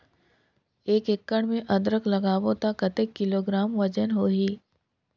एक एकड़ मे अदरक लगाबो त कतेक किलोग्राम वजन होही?